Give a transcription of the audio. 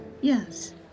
Yes